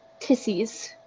tissies